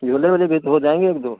झोले वोले भी तो हो जाएंगे एक दो